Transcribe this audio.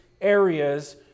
areas